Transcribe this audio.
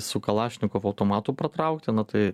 su kalašnikovo automatų pratraukti nu tai